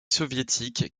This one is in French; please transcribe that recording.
soviétiques